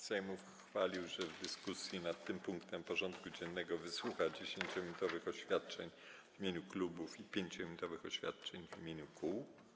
Sejm ustalił, że w dyskusji nad tym punktem porządku dziennego wysłucha 10-minutowych oświadczeń w imieniu klubów i 5-minutowych oświadczeń w imieniu kół.